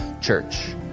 church